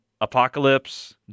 Apocalypse